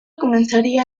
comenzaría